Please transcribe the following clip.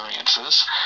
experiences